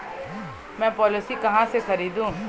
मैं पॉलिसी कहाँ से खरीदूं?